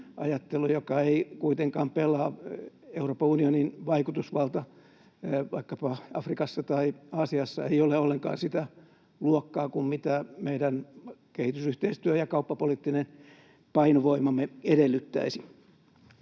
joka ei kuitenkaan pelaa. Euroopan unionin vaikutusvalta vaikkapa Afrikassa tai Aasiassa ei ole ollenkaan sitä luokkaa kuin mitä meidän kehitysyhteistyö- ja kauppapoliittinen painovoimamme edellyttäisi.